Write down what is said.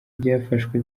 byafashwe